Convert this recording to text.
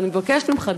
ואני מבקשת ממך,